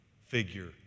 figure